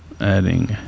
adding